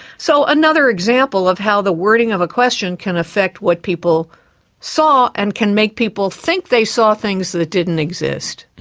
so another example of how the wording of a question can affect what people saw and can make people think they saw things that didn't exist.